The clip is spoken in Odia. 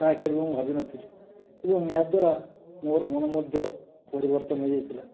ତାହା କେବେ ମୁଁ ଭାବିନଥିଲି ଏବଂ ଏହାଦ୍ୱାରା ମୋର ମନ ମଧ୍ୟ ପରିବର୍ତ୍ତନ ହୋଇଯାଇଥିଲା